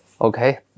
Okay